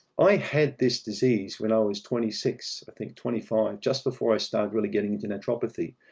i had this disease when i was twenty six, i think twenty five, just before i started really getting into naturopathy.